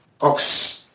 Ox